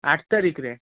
ଆଠ ତାରିଖରେ